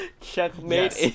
Checkmate